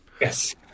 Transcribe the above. Yes